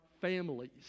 families